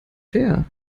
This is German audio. fair